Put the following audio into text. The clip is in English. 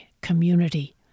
community